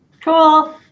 Cool